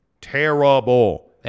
Terrible